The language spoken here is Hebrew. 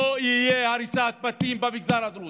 לא תהיה הריסת בתים במגזר הדרוזי.